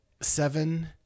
seven